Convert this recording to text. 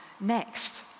next